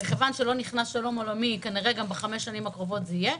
מכיוון שלא נכנס שלום עולמי אז כנראה גם בחמש השנים הקרובות יהיה.